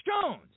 Jones